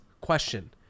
question